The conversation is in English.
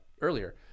earlier